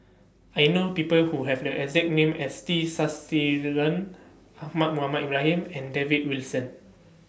I know People Who Have The exact name as T Sasitharan Ahmad Mohamed Ibrahim and David Wilson